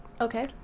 Okay